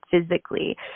physically